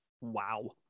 Wow